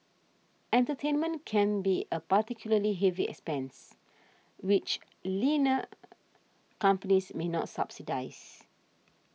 entertainment can be a particularly heavy expense which leaner companies may not subsidise